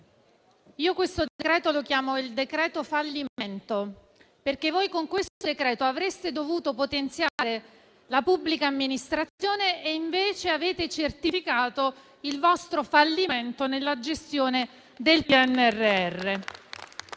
questo decreto "decreto fallimento", perché con esso avreste dovuto potenziare la pubblica amministrazione, mentre avete certificato il vostro fallimento nella gestione del PNRR: